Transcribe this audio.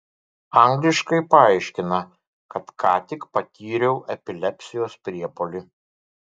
angliškai paaiškina kad ką tik patyriau epilepsijos priepuolį